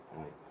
mm